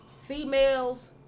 Females